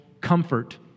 comfort